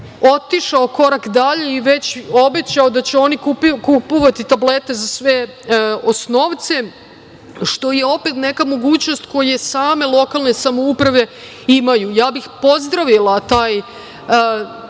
otišao korak dalje i već obećao da će oni kupovati tablete za sve osnovce, što je opet neka mogućnost koje same lokalne samouprave imaju. Ja bih pozdravila taj,